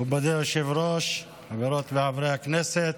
מכובדי היושב-ראש, חברות וחברי כנסת,